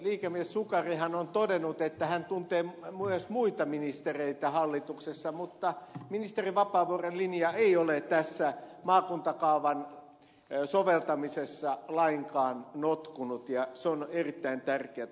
liikemies sukarihan on todennut että hän tuntee myös muita ministereitä hallituksessa mutta ministeri vapaavuoren linja ei ole tässä maakuntakaavan soveltamisessa lainkaan notkunut ja se on erittäin tärkeätä